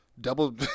double